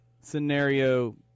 scenario